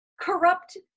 corrupt